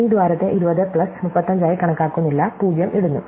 ഈ ദ്വാരത്തെ 20 പ്ലസ് 35 ആയി കണക്കാക്കുന്നില്ല 0 ഇടുന്നു